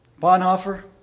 Bonhoeffer